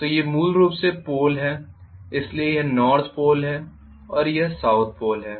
तो ये मूल रूप से पोल हैं इसलिए यह नॉर्थ पोल है और यह साउथ पोल है